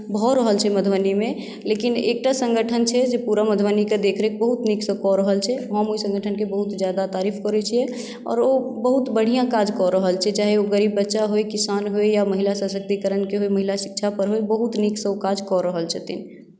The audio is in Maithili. भऽ रहल छै मधुबनीमे लेकिन एकटा सङ्गठन छै जे पूरा मधुबनीके देखरेख बहुत नीकसँ कऽ रहल छै हम ओहि सङ्गठनके बहुत ज्यादा तारीफ करैत छियै आओर ओ बहुत बढ़िआँ काज कऽ रहल छै चाहे ओ गरीब बच्चा होइ किसान होइ या महिला सशक्तिकरणके होइ महिला शिक्षापर होइ बहुत नीकसँ ओ काज कऽ रहल छथिन